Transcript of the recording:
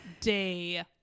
day